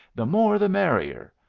the more the merrier.